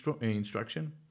instruction